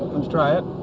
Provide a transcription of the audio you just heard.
let's try it.